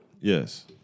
Yes